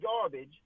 garbage